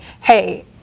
hey